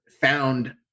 found